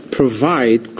provide